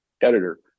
editor